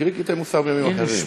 תקריא קטעי מוסר בימים אחרים.